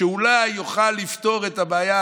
שאולי יוכל לפתור את הבעיה.